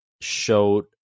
showed